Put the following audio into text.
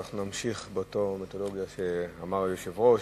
אנחנו נמשיך באותה מתודולוגיה שאמר היושב-ראש,